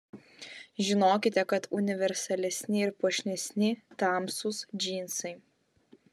žinokite kad universalesni ir puošnesni tamsūs džinsai